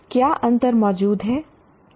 क्या अंतर मौजूद हैं